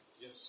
Yes